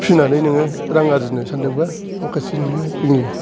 फिनानै नोङो रां आरजिनो सानदोंबा माखासे नोङो जोंनि